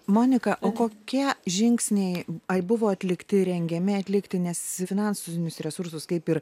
monika o kokie žingsniai ai buvo atlikti rengiami atlikti nes finansinius resursus kaip ir